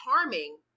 charming